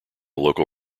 local